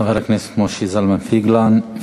חבר הכנסת משה זלמן פייגלין.